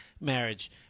marriage